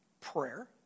prayer